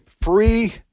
free